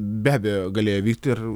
be abejo galėjo vykti ir